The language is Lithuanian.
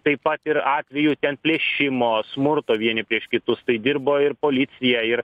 taip pat ir atvejų ten plėšimo smurto vieni prieš kitus tai dirbo ir policija ir